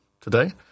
today